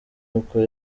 uku